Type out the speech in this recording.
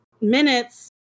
minutes